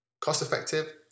cost-effective